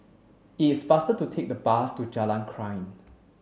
it's faster to take the bus to Jalan Krian